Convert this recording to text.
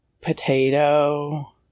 potato